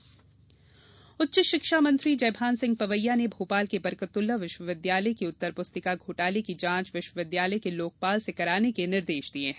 बीयू जांच उच्च शिक्षा मंत्री जयभान सिंह पवैया ने भोपाल के बरकत उल्लाह विश्वविद्यालय की उत्तर पुस्तिका घोटाले की जांच विश्वविद्यालय के लोकपाल से कराने के निर्देश दिये है